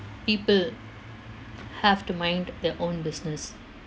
people have to mind their own business